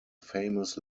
famous